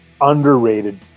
Underrated